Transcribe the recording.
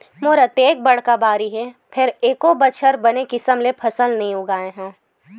मोर अतेक बड़का बाड़ी हे फेर एको बछर बने किसम ले फसल नइ उगाय हँव